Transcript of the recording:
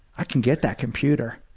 i could get that computer.